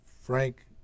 Frank